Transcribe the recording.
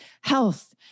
health